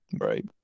Right